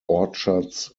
orchards